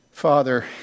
Father